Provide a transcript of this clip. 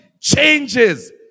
changes